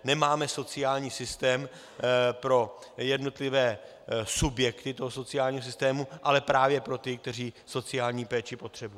Nemáme sociální systém pro jednotlivé subjekty toho sociálního systému, ale právě pro ty, kteří sociální péči potřebují.